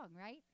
right